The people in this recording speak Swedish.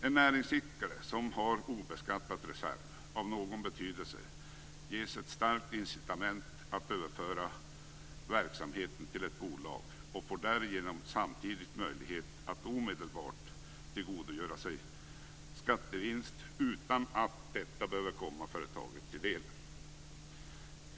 En näringsidkare som har obeskattade reserver av någon betydelse ges ett starkt incitament att överföra verksamheten till ett bolag och får därigenom samtidigt möjlighet att omedelbart tillgodogöra sig skattevinst utan att detta behöver komma företaget till del.